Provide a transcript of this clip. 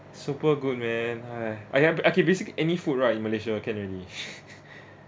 super good man I have okay basically any food right in malaysia can already